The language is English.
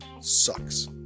sucks